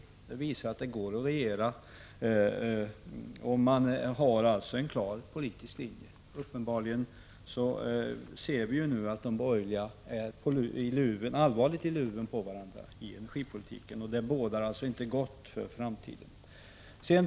Det visar att det går att regera om man har en klar politisk linje. Uppenbarligen, det ser vi nu, är de borgerliga allvarligt i luven på varandra om energipolitiken. Det bådar inte gott för framtiden.